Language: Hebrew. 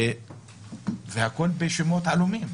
והכול בשמות עלומים.